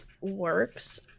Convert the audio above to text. works